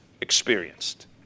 experienced